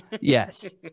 Yes